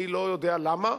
אני לא יודע למה.